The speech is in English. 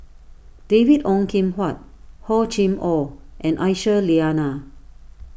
David Ong Kim Huat Hor Chim or and Aisyah Lyana